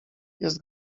jest